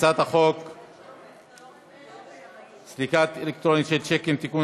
הצעת החוק סליקה אלקטרונית של שיקים